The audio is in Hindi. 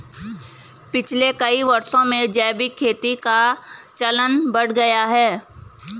पिछले कई वर्षों में जैविक खेती का चलन बढ़ गया है